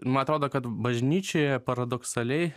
man atrodo kad bažnyčioje paradoksaliai